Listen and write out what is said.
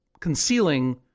concealing